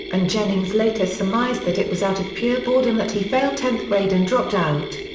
and jennings later surmised that it was out of pure boredom that he failed tenth grade and dropped out.